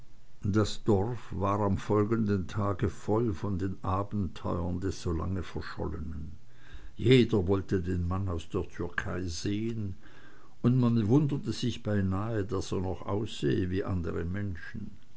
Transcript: das dorf war am folgenden tage voll von den abenteuern des so lange verschollenen jeder wollte den mann aus der türkei sehen und man wunderte sich beinahe daß er noch aussehe wie andere menschen